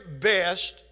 best